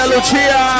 Lucia